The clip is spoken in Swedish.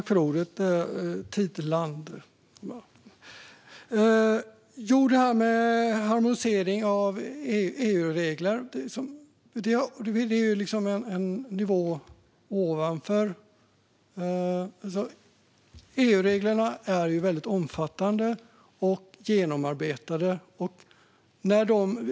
Fru talman! Det här med harmonisering av EU-regler handlar om en nivå ovanför. EU-reglerna är väldigt omfattande och genomarbetade.